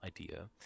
idea